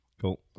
Cool